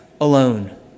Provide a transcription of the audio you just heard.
alone